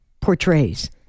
portrays